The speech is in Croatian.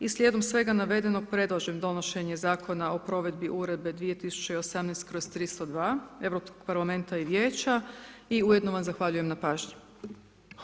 I slijedom svega navedenog predlažem donošenje Zakona o provedbi Uredbe 2018/302 Europskog parlamenta i Vijeća i ujedno vam zahvaljujem na pažnji.